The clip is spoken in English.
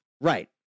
Right